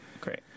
Great